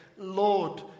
lord